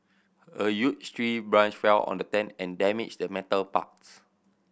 a huge tree branch fell on the tent and damaged the metal parts